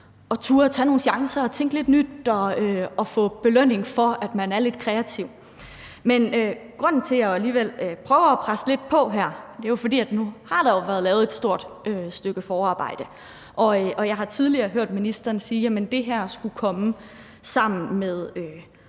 tage nogle chancer, tænke lidt nyt i forhold til at få belønning for, at de er lidt kreative. Men grunden til, at jeg alligevel prøver at presse lidt på her, er jo, at der nu har været lavet et stort stykke forarbejde, og jeg har tidligere hørt ministeren sige, at det her skulle komme sammen med